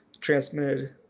transmitted